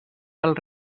del